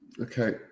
okay